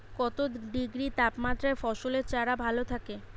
কত ডিগ্রি তাপমাত্রায় ফসলের চারা ভালো থাকে?